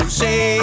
say